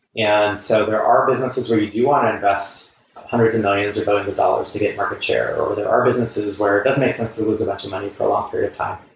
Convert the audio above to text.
and so there are businesses where you want to invest hundreds billions of of dollars to get market share, or there are businesses where it doesn't make sense there was a bunch of money for a long period of time.